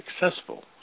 successful